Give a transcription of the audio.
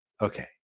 Okay